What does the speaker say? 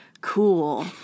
cool